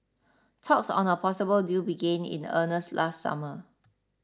talks on a possible deal began in earnest last summer